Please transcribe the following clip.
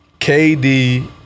KD